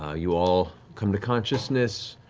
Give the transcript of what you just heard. ah you all come to consciousness,